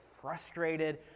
frustrated